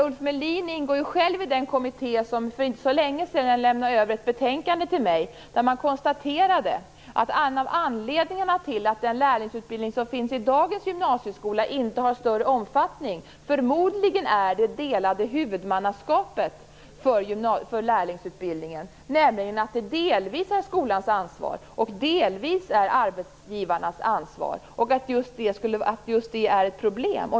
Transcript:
Ulf Melin ingår själv i den kommitté som för inte så länge sedan lämnade över ett betänkande till mig, där man konstaterade att en av anledningarna till att den lärlingsutbildning som finns i dagens gymnasieskola inte har större omfattning förmodligen är det delade huvudmannaskapet för lärlingsutbildningen, nämligen att det delvis är skolans ansvar och delvis arbetsgivarnas ansvar. Just det är ett problem.